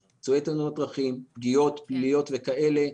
פציעות פנימיות וכאלה.